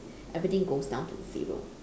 everything goes down to zero